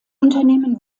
unternehmen